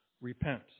Repent